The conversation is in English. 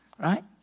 Right